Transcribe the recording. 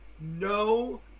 no